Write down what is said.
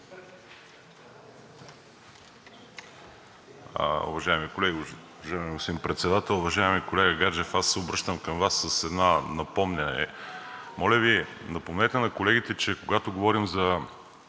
Уважаеми колеги, уважаеми господин Председател! Уважаеми колега Гаджев, аз се обръщам към Вас с едно напомняне. Моля Ви, напомнете на колегите, че когато говорим за